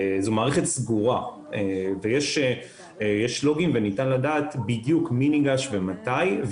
זו מערכת סגורה ויש לוגים וניתן לדעת בדיוק מי ניגש ומתי.